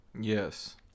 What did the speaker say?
Yes